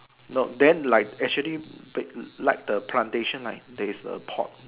then like actually like the plantation there is a pot